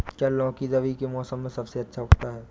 क्या लौकी रबी के मौसम में सबसे अच्छा उगता है?